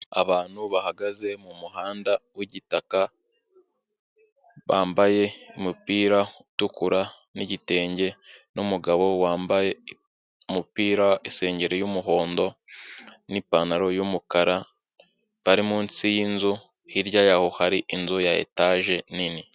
Abantu bahagaze mu muhanda w'igitaka, bambaye umupira utukura n'igitenge n'umugabo wambaye umupira, isengeri y'umuhondo n'ipantaro y'umukara bari munsi y'inzu, hirya yaho hari inzu ya etaje nini.